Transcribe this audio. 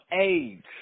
age